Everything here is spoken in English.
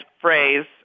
phrase